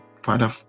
Father